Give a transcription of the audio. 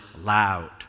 loud